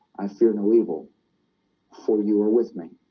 i fear no evil for you are with me